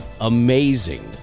amazing